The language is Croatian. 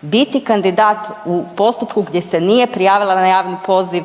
biti kandidat u postupku gdje se nije prijavila na javni poziv